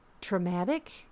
traumatic